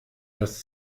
das